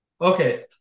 Okay